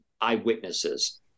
eyewitnesses